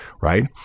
right